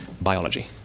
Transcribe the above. biology